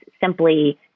simply